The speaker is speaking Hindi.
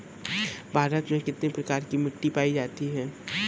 भारत में कितने प्रकार की मिट्टी पाई जाती है?